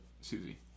Susie